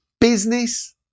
Business